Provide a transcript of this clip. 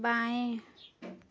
बाएँ